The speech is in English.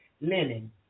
linen